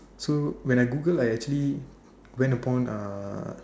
so when I Google I actually went upon uh